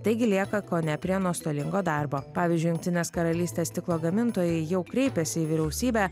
taigi lieka kone prie nuostolingo darbo pavyzdžiui jungtinės karalystės stiklo gamintojai jau kreipėsi į vyriausybę